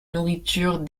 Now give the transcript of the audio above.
nourriture